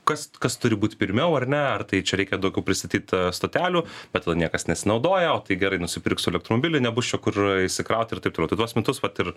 kas kas turi būt pirmiau ar ne ar tai čia reikia daugiau pristatyt stotelių bet va niekas nesinaudoja o tai gerai nusipirksiu elektromobilį nebus čia kur įsikraut ir taip toliau tai tuos metus vat ir